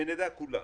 שנדע כולנו,